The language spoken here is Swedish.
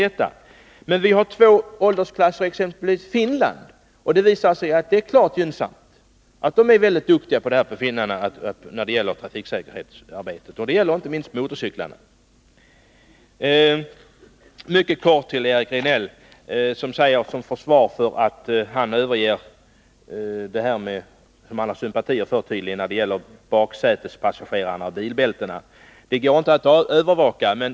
Exempelvis i Finland finns det två åldersklasser, och det visar sig att detta är gynnsamt. Finnarna är mycket duktiga när det gäller trafiksäkerhetsarbete, och det gäller inte minst beträffande motorcyklar. Mycket kort till Eric Rejdnell: Han försvarar varför han överger det han tydligen har sympatier för i fråga om baksätespassagerarna och bilbältena. Det går inte att vara övervakare, säger han.